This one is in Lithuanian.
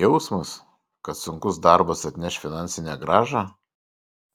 jausmas kad sunkus darbas atneš finansinę grąžą